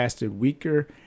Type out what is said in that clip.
weaker